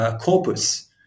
corpus